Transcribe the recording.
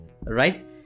right